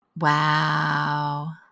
Wow